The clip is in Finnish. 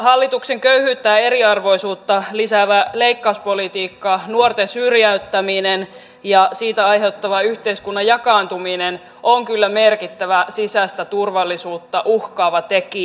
hallituksen köyhyyttä ja eriarvoisuutta lisäävä leikkauspolitiikka nuorten syrjäyttäminen ja siitä aiheutuva yhteiskunnan jakaantuminen ovat kyllä merkittäviä sisäistä turvallisuutta uhkaavia tekijöitä